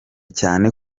cyane